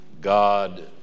God